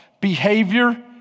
behavior